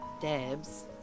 Debs